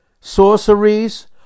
sorceries